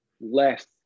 less